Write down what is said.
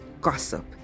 gossip